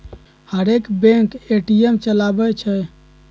हरेक bank ATM चलबइ छइ